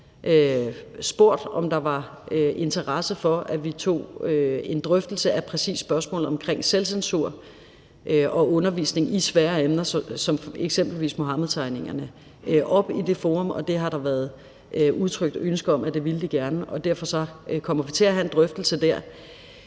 spurgt, om der var interesse for, at vi tog en drøftelse af præcis spørgsmålet omkring selvcensur og undervisning i svære emner som eksempelvis Muhammedtegningerne op, altså i det forum, og det har der været udtrykt ønske om de gerne ville, og derfor kommer vi til at have en drøftelse der.